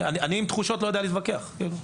אני לא יודע להתווכח עם תחושות.